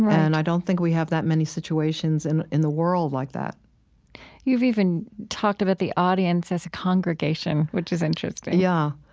and i don't think we have that many situations and in the world like that you've even talked about the audience as a congregation, which is interesting yeah.